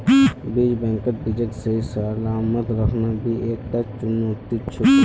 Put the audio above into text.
बीज बैंकत बीजक सही सलामत रखना भी एकता चुनौती छिको